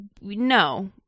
no